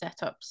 setups